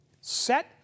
Set